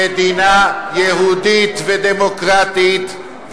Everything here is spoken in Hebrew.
מדינה יהודית ודמוקרטית,